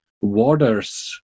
waters